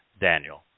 daniel